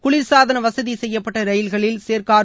குளிர்சாதன வசதி செய்யப்பட்ட ரயில்களில் சேர்கார்